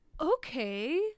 Okay